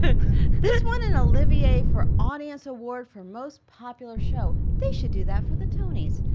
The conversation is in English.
this won an olivier for audience award for most popular show. they should do that for the tonys.